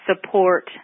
Support